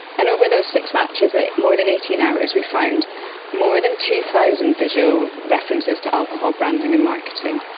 and over those six matches, ah more than eighteen hours, we found more than two thousand visual references to alcohol branding and marketing,